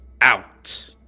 out